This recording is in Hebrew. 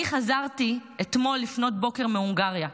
אני חזרתי אתמול לפנות בוקר מהונגריה.